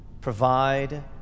provide